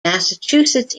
massachusetts